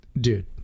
dude